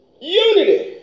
Unity